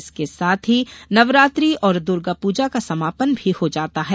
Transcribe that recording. इसके साथ ही नवरात्रि और दूर्गा पूजा का समापन भी हो जाता है